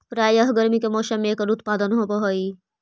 प्रायः गर्मी के मौसम में एकर उत्पादन होवअ हई